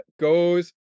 goes